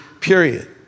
period